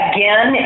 Again